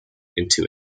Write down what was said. into